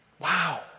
Wow